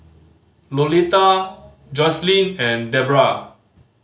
Lolita Joselyn and Debra